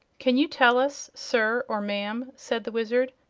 can you tell us, sir or ma'am, said the wizard,